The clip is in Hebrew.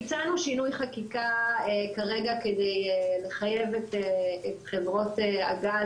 ביצענו שינוי חקיקה כרגע כדי לחייב את חברות הגז,